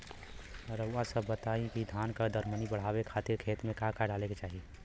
रउआ सभ बताई कि धान के दर मनी बड़ावे खातिर खेत में का का डाले के चाही?